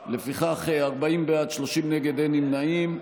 לפיכך, 40 בעד, 30 נגד, אין נמנעים.